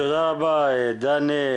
תודה רבה, דני.